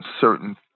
certain